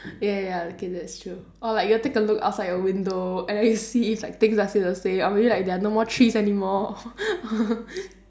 ya ya ya okay that's true or like you'll take a look outside your window and then you see if like things are still the same or maybe like there are no more trees anymore